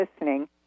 listening